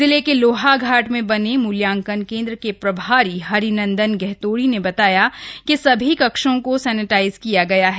जिले के लोहाघाट में बने मूल्यांकन केंद्र के प्रभारी हरिनन्दन गहतोड़ी ने बताया कि सभी कक्षों को सैनेटाइज किया गया है